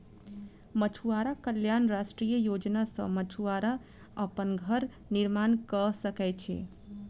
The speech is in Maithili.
मछुआरा कल्याण राष्ट्रीय योजना सॅ मछुआरा अपन घर निर्माण कय सकै छै